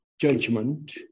judgment